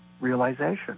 realization